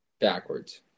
Backwards